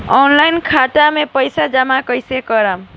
Online खाता मे पईसा जमा कइसे करेम?